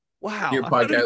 Wow